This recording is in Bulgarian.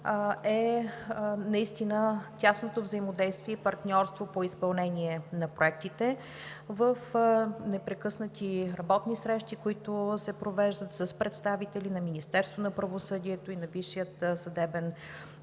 е настина тясното взаимодействие и партньорство по изпълнение на проектите. В непрекъснати работни срещи, които се провеждат с представители на Министерството на правосъдието и на Висшия съдебен съвет,